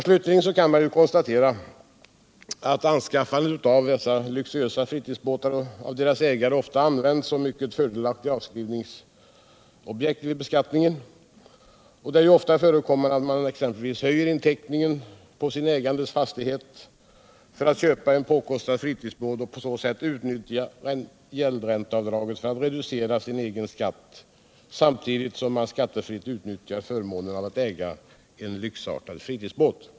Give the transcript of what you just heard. Slutligen kan man konstatera att dessa luxuösa fritidsbåtar av ägarna ofta används som mycket fördelaktiga avskrivningsobjekt vid beskattningen. Det förekommer ofta att de exempelvis höjer inteckningarna i sina ägandes fastigheter för att köpa påkostade fritidsbåtar och på så sätt kunna utnyttja giäldränteavdraget och reducera sin egen skatt, samtidigt som de skattefritt utnyttjur förmånen av att äga en lyxig fritidsbåt.